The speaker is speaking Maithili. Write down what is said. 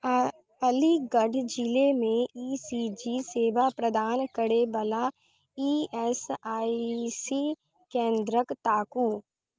अलीगढ़ जिलेमे ई सी जी सेवा प्रदान करै बला ई एस आई सी केन्द्रके ताकू